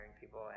people